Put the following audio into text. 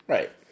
Right